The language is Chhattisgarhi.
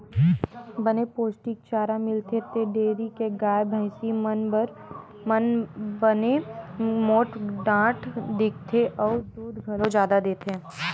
बने पोस्टिक चारा मिलथे त डेयरी के गाय, भइसी मन बने मोठ डांठ दिखथे अउ दूद घलो जादा देथे